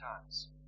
times